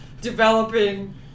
developing